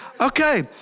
Okay